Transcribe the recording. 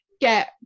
get